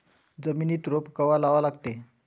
जमिनीत रोप कवा लागा लागते?